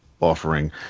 offering